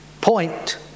point